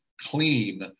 clean